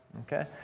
Okay